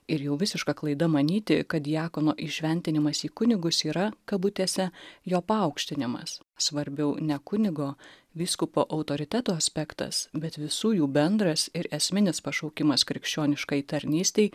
ir jau visiška klaida manyti kad diakono įšventinimas į kunigus yra kabutėse jo paaukštinimas svarbiau ne kunigo vyskupo autoriteto aspektas bet visų jų bendras ir esminis pašaukimas krikščioniškai tarnystei